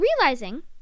realizing